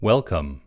Welcome